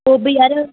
पोइ बि यारु